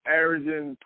averaging